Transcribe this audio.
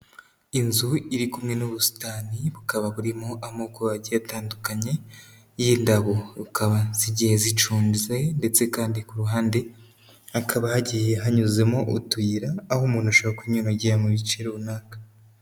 Inzu iri kumwe n'ubusitani bukaba burimo amoko agiye atandukanye y'indabo. Bukaba zigiye ziconze ndetse kandi ku ruhande hakaba hagiye hanyuzemo utuyira, aho umuntu ashobora kunyura agiye mu bice runaka.